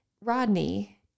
Rodney